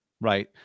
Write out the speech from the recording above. right